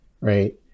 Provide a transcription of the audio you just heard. Right